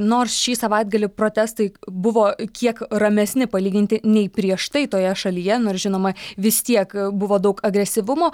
nors šį savaitgalį protestai buvo kiek ramesni palyginti nei prieš tai toje šalyje nors žinoma vis tiek buvo daug agresyvumo